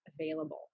available